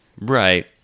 Right